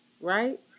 Right